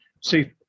See